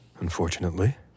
unfortunately